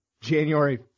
January